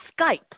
Skype